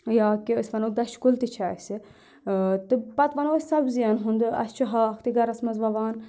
یا کہِ أسۍ وَنو دَچھہِ کُل تہِ چھِ اَسہِ تہٕ پَتہٕ وَنو أسۍ سبزیَن ہُنٛد اَسہِ چھُ ہاکھ تہِ گَرَس منٛز وَوان